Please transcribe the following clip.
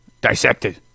dissected